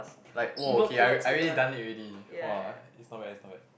like oh okay I I already done it already !wah! it's not bad it's not bad